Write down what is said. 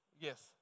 yes